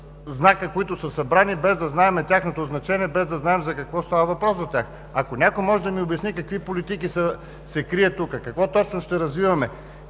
знака, които са събрани, без да знаем тяхното значение, без да знаем за какво става въпрос. Ако някой може, да ми обясни: какви политики се крият тук; какво точно ще развиваме;